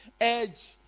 edge